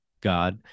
God